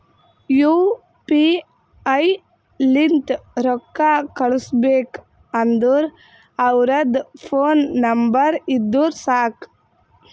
you P I ಲಿಂತ್ ರೊಕ್ಕಾ ಕಳುಸ್ಬೇಕ್ ಅಂದುರ್ ಅವ್ರದ್ ಫೋನ್ ನಂಬರ್ ಇದ್ದುರ್ ಸಾಕ್